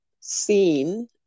seen